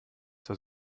zur